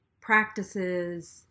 practices